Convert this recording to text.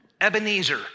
Ebenezer